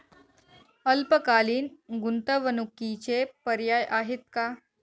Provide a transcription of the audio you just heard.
अल्पकालीन गुंतवणूकीचे पर्याय आहेत का?